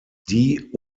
die